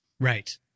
Right